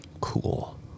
Cool